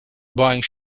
buying